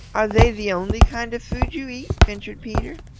are they the only kind of food you eat? ventured peter.